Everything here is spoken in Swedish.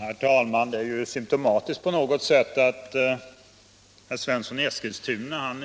Herr talman! Det är symtomatiskt att herr Svensson i Eskilstuna